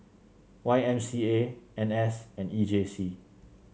Y M C A N S and E J C